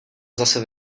zase